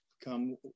come